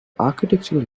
architectural